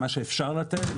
מה שאפשר לתת,